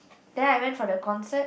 then I went for the concert